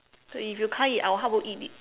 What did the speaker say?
then if you can't eat I will help you eat it